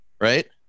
right